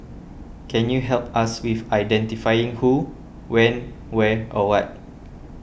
can you help us with identifying who when where or what